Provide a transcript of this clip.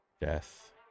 Death